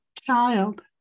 child